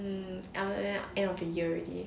um I then end of the year already